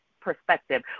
perspective